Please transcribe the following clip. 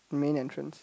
main entrance